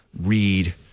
read